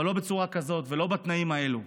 אבל לא בצורה כזאת ולא בתנאים האלה.